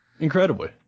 Incredibly